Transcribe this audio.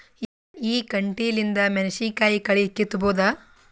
ಈ ಕಂಟಿಲಿಂದ ಮೆಣಸಿನಕಾಯಿ ಕಳಿ ಕಿತ್ತಬೋದ?